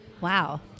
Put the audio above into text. Wow